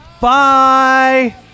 Bye